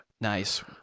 nice